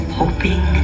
hoping